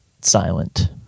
silent